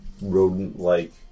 rodent-like